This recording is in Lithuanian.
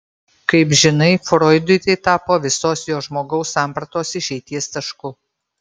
kaip žinai froidui tai tapo visos jo žmogaus sampratos išeities tašku